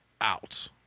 out